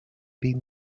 been